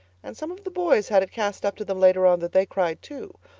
and some of the boys had it cast up to them later on that they cried too,